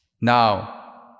Now